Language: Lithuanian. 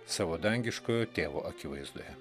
savo dangiškojo tėvo akivaizdoje